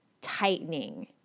tightening